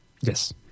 Yes